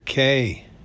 Okay